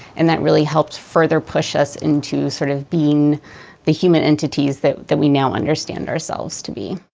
and that really helped further push us into sort of being the human entities that that we now understand ourselves to be.